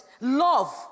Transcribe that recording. love